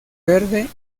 verde